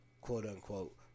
quote-unquote